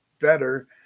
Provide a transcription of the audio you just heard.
better